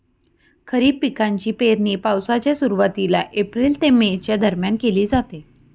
खरीप पिकांची पेरणी पावसाच्या सुरुवातीला एप्रिल ते मे च्या दरम्यान केली जाते